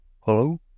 hello